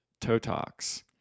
TOTOX